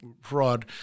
fraud